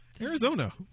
Arizona